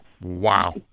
Wow